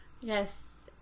Yes